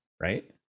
Right